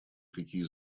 какие